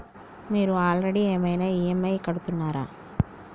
మీరు ఆల్రెడీ ఏమైనా ఈ.ఎమ్.ఐ కడుతున్నారా?